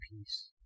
peace